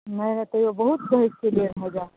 नहि नहि तैयो बहुत कहै छीयै डेढ़ हजार